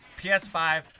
PS5